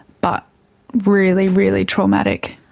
but really, really traumatic.